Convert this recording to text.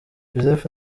joseph